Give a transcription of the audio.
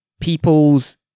people's